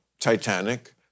Titanic